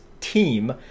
team